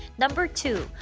number two,